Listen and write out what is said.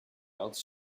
else